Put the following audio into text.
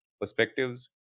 perspectives